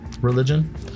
religion